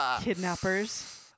Kidnappers